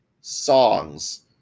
songs